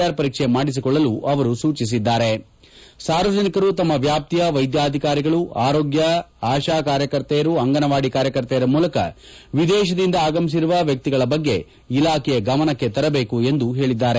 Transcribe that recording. R ಪರೀಕ್ಷೆ ಮಾಡಿಸಿಕೊಳ್ಳಲು ಸೂಚಿಸಿದ್ದಾರೆ ಸಾರ್ವಜನಿಕರು ತಮ್ಮ ವ್ಯಾಪ್ತಿಯ ವೈದ್ಯಾಧಿಕಾರಿಗಳು ಆರೋಗ್ಯ ಆಶಾ ಅಂಗನವಾಡಿ ಕಾರ್ಯಕರ್ತೆಯರ ಮೂಲಕ ವಿದೇಶದಿಂದ ಆಗಮಿಸಿರುವ ವ್ಯಕ್ತಿಗಳ ಬಗ್ಗೆ ಇಲಾಖೆಯ ಗಮನಕ್ಕೆ ತರಬೇಕು ಎಂದು ಹೇಳಿದ್ದಾರೆ